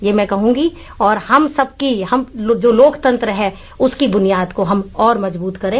यह मैं कहूंगी और हम सबकी हम जो लोकतंत्र है उसकी बुनियादी को हम और मजबूत करे